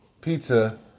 pizza